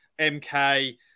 MK